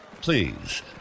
please